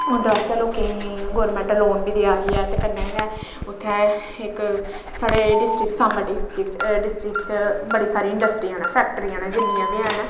उं'दे बास्तै लोकें गी गौरमैंट लोन बी देआ दी ऐ ते कन्नै गै उत्थै इक साढ़े डिस्ट्रिक्ट सांबा डिस्ट्रिक्ट डिस्ट्रिक्ट च बड़ी सारी इंडस्ट्रियां न फैक्ट्रियां न जिन्नियां बी हैन